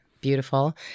beautiful